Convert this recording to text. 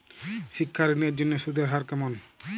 শিক্ষা ঋণ এর জন্য সুদের হার কেমন?